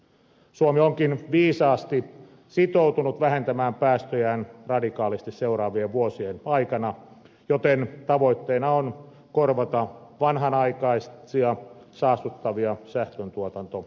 suomi onkin viisaasti sitoutunut vähentämään päästöjään radikaalisti seuraavien vuosien aikana joten tavoitteena on korvata vanhanaikaisia saastuttavia sähköntuotantotapoja